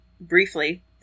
briefly